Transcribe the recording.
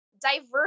diverse